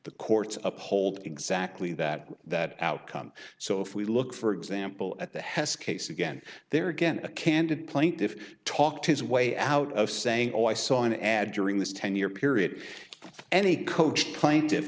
the courts uphold exactly that that outcome so if we look for example at the hess case again there again a candid plaintiff talked his way out of saying oh i saw an ad during this ten year period any coach plaintiffs